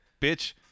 bitch